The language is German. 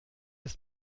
ist